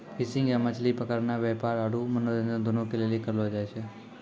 fishing या मछली पकड़नाय व्यापार आरु मनोरंजन दुनू के लेली करलो जाय छै